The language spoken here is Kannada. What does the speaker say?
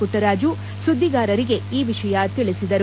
ಪುಟ್ಟರಾಜು ಸುದ್ದಿಗಾರರಿಗೆ ಈ ವಿಷಯ ತಿಳಿಸಿದರು